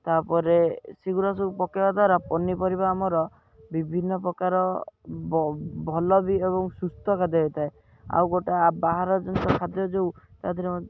ତା'ପରେ ସେଗୁଡ଼ା ସବୁ ପକାଇବା ଦ୍ୱାରା ପନିପରିବା ଆମର ବିଭିନ୍ନପ୍ରକାର ଭଲ ବି ଏବଂ ସୁସ୍ଥ ଖାଦ୍ୟ ହୋଇଥାଏ ଆଉ ଗୋଟେ ବାହାର ଜିନିଷ ଖାଦ୍ୟ ଯେଉଁ ତା'ଦେହରେ